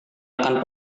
akan